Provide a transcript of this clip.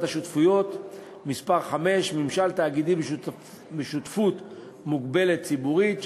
השותפויות (מס' 5) (ממשל תאגידי בשותפות מוגבלת ציבורית),